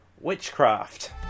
witchcraft